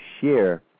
share